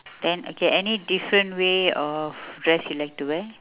then okay any different way of dress you like to wear